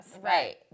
Right